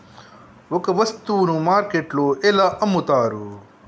ఒక వస్తువును మార్కెట్లో ఎలా అమ్ముతరు?